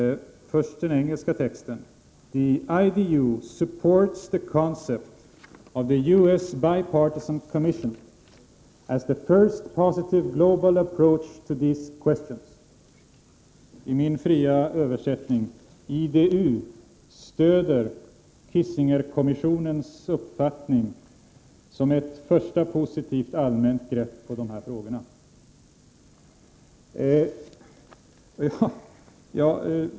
Först den engelska texten: ”The IDU supports the concept of the U.S. Bipartisan Commission as the first positive global approach to these questions.” I min fria översättning lyder den: IDU stöder Kissingerkommissionens uppfattning som ett första positivt allmänt grepp om de här frågorna.